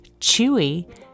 Chewy